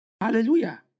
Hallelujah